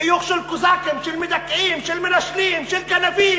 חיוך של קוזקים, של מדכאים, של מנשלים, של גנבים,